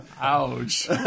Ouch